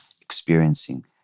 experiencing